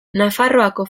nafarroako